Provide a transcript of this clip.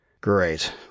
Great